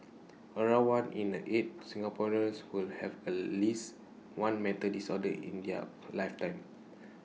around one in the eight Singaporeans will have at least one mental disorder in their A lifetime